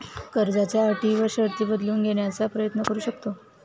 कर्जाच्या अटी व शर्ती बदलून घेण्याचा प्रयत्न करू शकतो का?